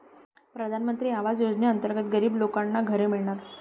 प्रधानमंत्री आवास योजनेअंतर्गत गरीब लोकांना घरे मिळणार